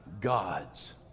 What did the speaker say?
God's